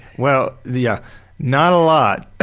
well, the. ah not a lot!